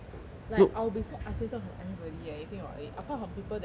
like I'll be so isolated from everybody eh you think about it apart from people that I meet